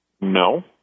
no